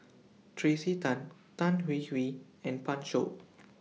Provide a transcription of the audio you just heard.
Tracey Tan Tan Hwee Hwee and Pan Shou